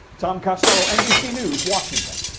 tom costello, nbc news, washington.